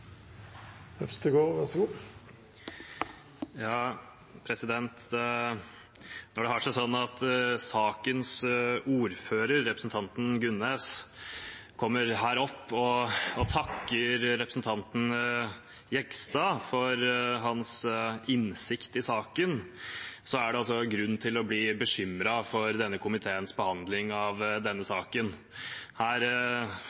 Når det har seg sånn at sakens ordfører, representanten Gunnes, kommer opp her og takker representanten Jegstad for hans innsikt i saken, er det grunn til å bli bekymret for denne komiteens behandling av denne